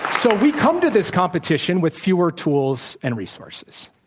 so, we come to this competition with fewer tools and resources.